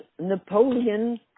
Napoleon